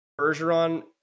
Bergeron